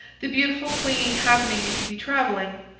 the beautiful queen happening to be travelling,